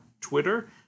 Twitter